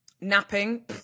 Napping